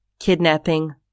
kidnapping